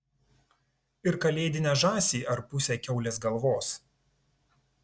ir kalėdinę žąsį ar pusę kiaulės galvos